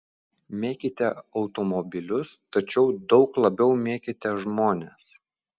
mėkite automobilius tačiau daug labiau mėkite žmones